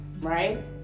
right